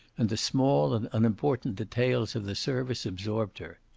and the small and unimportant details of the service absorbed her.